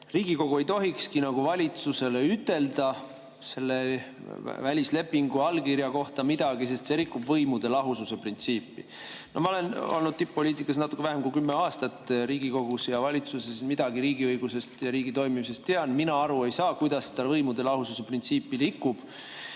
Riigikogu ei tohikski nagu valitsusele selle välislepingu allkirja kohta midagi ütelda, sest see rikub võimude lahususe printsiipi. Ma olen olnud tipp-poliitikas natuke vähem kui kümme aastat – Riigikogus ja valitsuses – ja midagi riigiõigusest ja riigi toimimisest ma tean. Mina aru ei saa, kuidas see võimude lahususe printsiipi rikub.